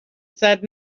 said